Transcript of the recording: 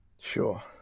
Sure